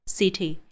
city